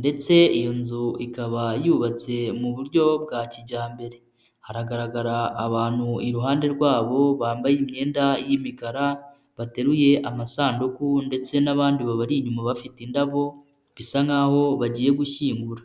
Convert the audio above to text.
ndetse iyo nzu ikaba yubatse mu buryo bwa kijyambere. Hagaragara abantu iruhande rwabo bambaye imyenda y'imikara bateruye amasanduku, ndetse n'abandi babari inyuma bafite indabo bisa nk'aho bagiye gushyingura.